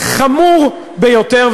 חמור ביותר,